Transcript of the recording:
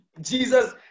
Jesus